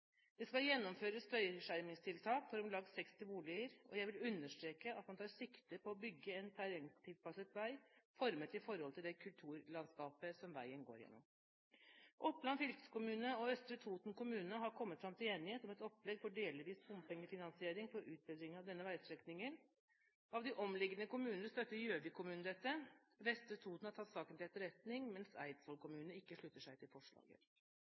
Det skal gjennomføres støyskjermingstiltak for om lag 60 boliger, og jeg vil understreke at man tar sikte på å bygge en terrengtilpasset vei formet i forhold til det kulturlandskapet som veien går gjennom. Oppland fylkeskommune og Østre Toten kommune har kommet fram til enighet om et opplegg for delvis bompengefinansiering for utbedring av denne veistrekningen. Av de omliggende kommuner støtter Gjøvik kommune dette. Vestre Toten har tatt saken til etterretning, mens Eidsvoll kommune ikke slutter seg til forslaget.